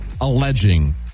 alleging